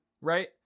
right